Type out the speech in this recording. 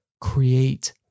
create